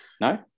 no